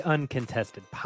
Uncontested